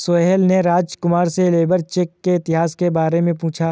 सोहेल ने राजकुमार से labour check के इतिहास के बारे में पूछा